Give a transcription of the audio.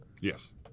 Yes